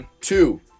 Two